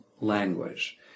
language